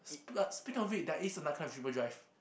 sp~ uh speaking of it there is another kind of triple drive